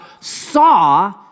saw